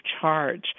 charge